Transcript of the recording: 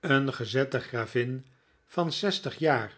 een gezette gravin van zestig jaar